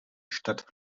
stadt